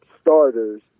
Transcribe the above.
starters